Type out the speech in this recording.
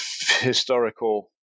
historical